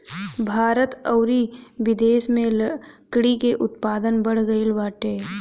भारत अउरी बिदेस में लकड़ी के उत्पादन बढ़ गइल बाटे